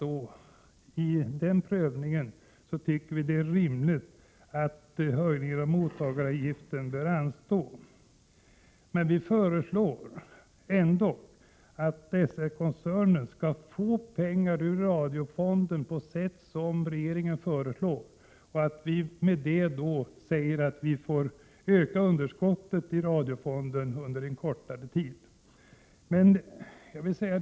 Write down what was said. Vid den prövningen är det rimligt att höjningen av mottagaravgiften bör anstå, men SR-koncernen bör ändå få medel ur radiofonden på sätt som regeringen föreslår, och underskotten i radiofonden under en kortare tid kan alltså öka.